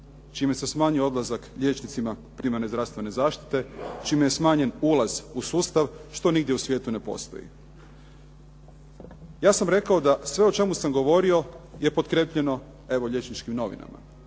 čime se smanjio odlazak liječnicima primarne zdravstvene zaštite, čime je smanjen ulaz u sustav, što nigdje u svijetu ne postoji. Ja sam rekao da sve o čemu sam govorio je potkrijepljeno evo, liječničkim novinama.